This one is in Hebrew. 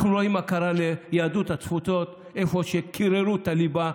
אנחנו רואים מה קרה ליהדות התפוצות: איפה שקיררו את הליבה,